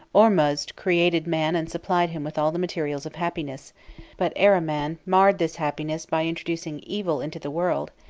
ormuzd created man and supplied him with all the materials of happiness but ahriman marred this happiness by introducing evil into the world,